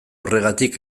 horregatik